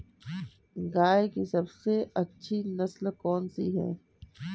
गाय की सबसे अच्छी नस्ल कौनसी है?